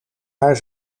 haar